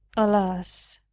alas!